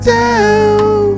down